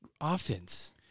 offense